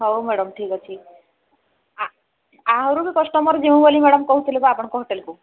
ହଉ ମ୍ୟାଡମ୍ ଠିକ୍ ଅଛି ଆହୁରି ବି କଷ୍ଟମର ଯିବେ ବୋଲି ମ୍ୟାଡମ୍ କହୁଥିଲେ ଆପଣଙ୍କ ହୋଟେଲକୁ